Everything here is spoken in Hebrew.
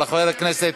אבל חבר הכנסת,